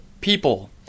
people